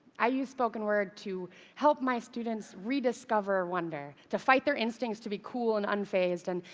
i use spoken word to help my students rediscover wonder, to fight their instincts to be cool and unfazed and,